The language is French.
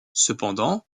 cependant